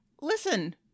listen